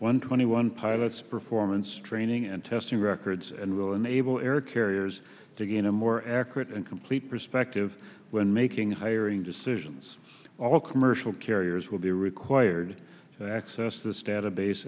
one twenty one pilots performance training and testing records and will enable air carriers to get a more accurate and complete perspective when making hiring decisions all commercial carriers will be required to access this database